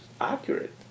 accurate